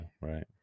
Right